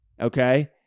okay